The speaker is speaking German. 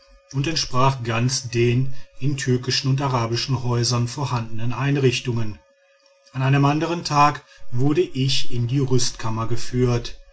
und entsprach ganz den in türkischen und arabischen häusern vorhandenen einrichtungen an einem andern tag wurde ich in die rüstkammern geführt